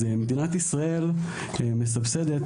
מדינת ישראל מסבסדת,